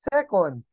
Second